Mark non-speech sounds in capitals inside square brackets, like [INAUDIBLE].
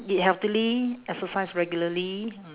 eat healthily exercise regularly [NOISE]